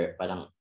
parang